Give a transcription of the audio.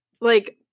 like-